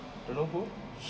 you know who